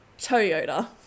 Toyota